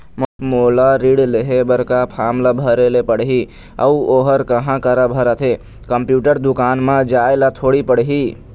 मोला ऋण लेहे बर का फार्म ला भरे ले पड़ही अऊ ओहर कहा करा भराथे, कंप्यूटर दुकान मा जाए ला थोड़ी पड़ही?